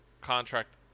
contract